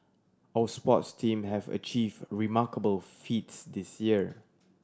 our sports team have achieve remarkable feats this year